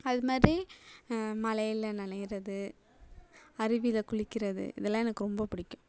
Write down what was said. அதுமாதிரி மலையில் நனையிறது அருவியில் குளிக்கிறது இதெல்லாம் எனக்கு ரொம்ப பிடிக்கும்